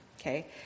okay